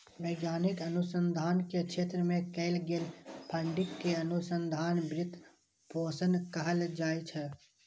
वैज्ञानिक अनुसंधान के क्षेत्र मे कैल गेल फंडिंग कें अनुसंधान वित्त पोषण कहल जाइ छै